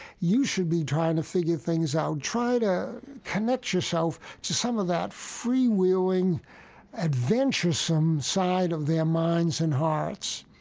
you should be trying to figure things out. try to connect yourself to some of that freewheeling adventuresome side of their minds and hearts.